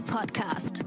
Podcast